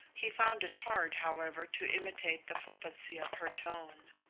he found it hard, however, to imitate the flippancy of her tone.